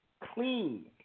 Clean